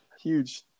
huge